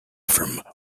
from